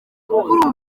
ubu